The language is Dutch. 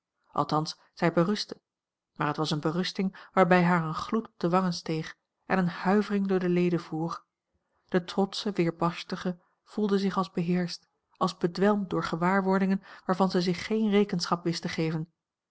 althans zij berustte maar het was eene berusting waarbij haar een gloed op de wangen steeg en eene huivering door de leden voer de trotsche weerbarstige voelde zich als beheerscht als bedwelmd door gewaarwordingen waarvan zij zich geen rekenschap wist te geven